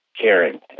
caring